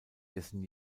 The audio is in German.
dessen